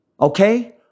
Okay